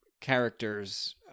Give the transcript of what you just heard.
characters